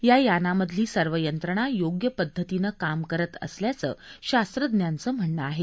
या यानामधली सर्व यंत्रणा योग्य पद्धतीनं काम करत असल्याचं शास्त्रज्ञांचं म्हणणं आहे